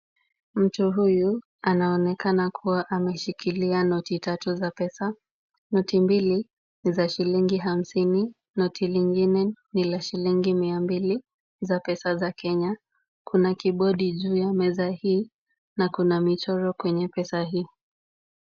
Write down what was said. Mtu huyu anaonekana kuwa ameshikilia noti tatu za pesa. Noti mbili ni za shilingi hamsini, noti lingine ni la shilingi mia mbili za pesa za Kenya. Kuna kibodi juu ya meza hii na kuna michoro kwenye pesa hii.